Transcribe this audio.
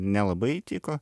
nelabai tiko